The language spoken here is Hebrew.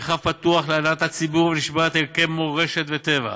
מרחב פתוח להנאת הציבור ולשמירת ערכי מורשת וטבע,